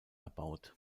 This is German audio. erbaut